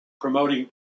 promoting